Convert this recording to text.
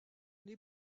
les